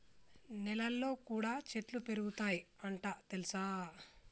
నెలల్లో కూడా చెట్లు పెరుగుతయ్ అంట తెల్సా